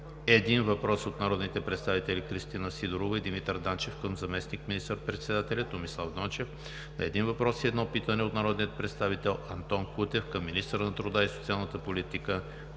един въпрос от народните представители Кристина Сидорова и Димитър Данчев към заместник министър-председателя Томислав Дончев; - на един въпрос и едно питане от народния представител Антон Кутев към министъра на труда и социалната политика